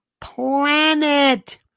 planet